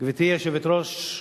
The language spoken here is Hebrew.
גברתי היושבת-ראש,